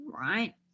right